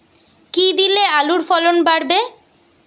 কী দিলে আলুর ফলন বাড়বে?